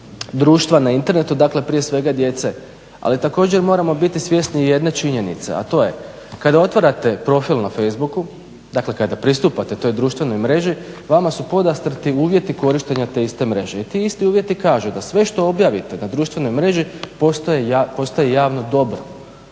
društva na Internetu, dakle prije svega djece. Ali također moramo biti svjesni i jedne činjenice, a to je kada otvarate profil na Facebooku, dakle kada pristupate toj društvenoj mreži vama su podastrti uvjeti korištenja te iste mreže. I ti isti uvjeti kažu da sve što objavite na društvenoj mreži postaje javno dobro.